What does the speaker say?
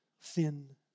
thin